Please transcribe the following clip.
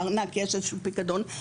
בארנק יש איזשהו פיקדון,